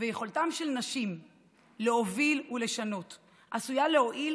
וביכולתן של נשים להוביל ולשנות עשויה להועיל